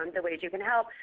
um the ways you can help.